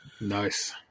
nice